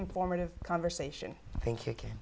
informative conversation i think